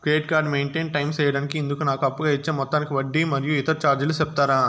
Credit card maintain time సేయడానికి ఇందుకు నాకు అప్పుగా ఇచ్చే మొత్తానికి వడ్డీ మరియు ఇతర చార్జీలు సెప్తారా?